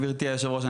גברתי היושבת-ראש,